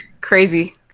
Crazy